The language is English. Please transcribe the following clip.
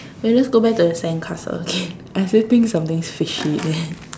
we'll just go back to the sandcastle again I still think something's fishy there